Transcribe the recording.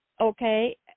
okay